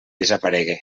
desaparegué